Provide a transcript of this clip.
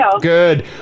Good